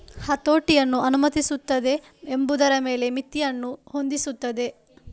ಹತೋಟಿಯನ್ನು ಅನುಮತಿಸುತ್ತದೆ ಎಂಬುದರ ಮೇಲೆ ಮಿತಿಯನ್ನು ಹೊಂದಿಸುತ್ತದೆ